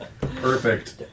Perfect